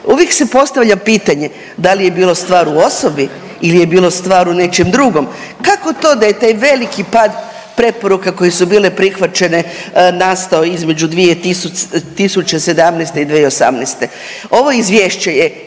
Uvijek se postavlja pitanje da li je bilo stvar u osobi il je bilo stvar u nečem drugom, kako to da je taj veliki pad preporuka koje su bile prihvaćene nastao između 2017. i 2018.? Ovo izvješće je